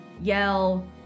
yell